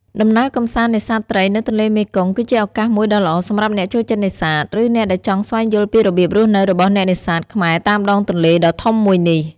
ដំណើរកម្សាន្តនេសាទត្រីនៅទន្លេមេគង្គ គឺជាឱកាសមួយដ៏ល្អសម្រាប់អ្នកចូលចិត្តនេសាទ ឬអ្នកដែលចង់ស្វែងយល់ពីរបៀបរស់នៅរបស់អ្នកនេសាទខ្មែរតាមដងទន្លេដ៏ធំមួយនេះ។